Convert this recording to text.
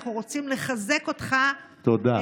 אנחנו רוצים לחזק אותך, תודה.